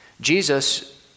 Jesus